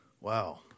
Wow